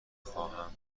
خواهم